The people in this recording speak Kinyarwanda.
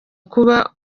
kuba